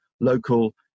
local